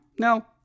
No